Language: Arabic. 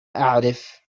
أعرف